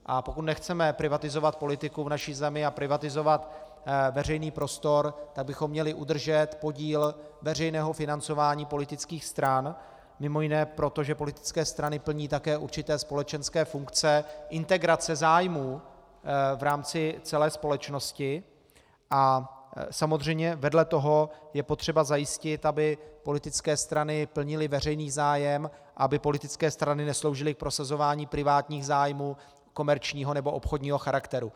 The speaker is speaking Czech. A pokud nechceme privatizovat politiku v naší zemi a privatizovat veřejný prostor, tak bychom měli udržet podíl veřejného financování politických stran, mj. proto, že politické strany plní také určité společenské funkce integrace zájmů v rámci celé společnosti, a samozřejmě vedle toho je potřeba zajistit, aby politické strany plnily veřejný zájem, aby politické strany nesloužily k prosazování privátních zájmů komerčního nebo obchodního charakteru.